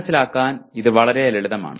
മനസിലാക്കാൻ ഇത് വളരെ ലളിതമാണ്